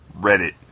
Reddit